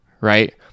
right